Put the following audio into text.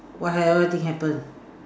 what ha~ what thing happen